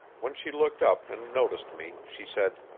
when she looked up and noticed me, she said